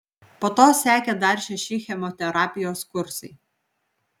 po to sekė dar šeši chemoterapijos kursai